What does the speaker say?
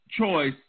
choice